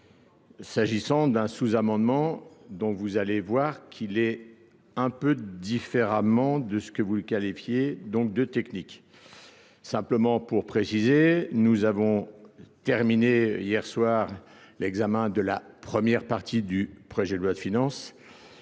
s'agissant d'un sous-amendement dont vous allez voir qu'il est un peu différemment de ce que vous le qualifiez donc de technique. Simplement pour préciser, nous avons terminé hier soir l'examen de la première partie du projet de loi de finances